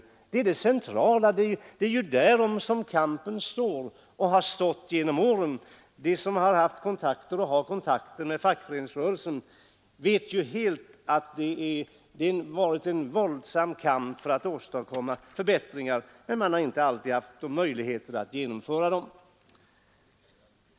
Detta är det centrala. Det är ju därom som kampen står och har stått genom åren. De som haft och har kontakter med fackföreningsrörelsen vet ju att det varit en våldsam kamp för att åstadkomma förbättringar, men man har inte alltid haft möjligheter att genomföra dem.